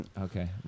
Okay